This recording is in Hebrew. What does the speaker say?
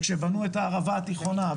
וכשבנו את הערבה התיכונה,